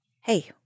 Hey